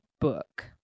book